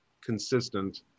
consistent